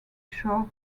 shorty